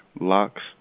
locks